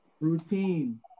Routine